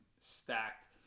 stacked